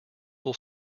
will